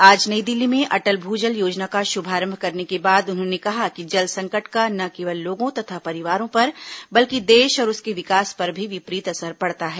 आज नई दिल्ली में अटल भू जल योजना का शुभारंभ करने के बाद उन्होंने कहा कि जल संकट का न केवल लोगों तथा परिवारों पर बल्कि देश और उसके विकास पर भी विपरीत असर पड़ता है